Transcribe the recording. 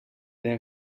der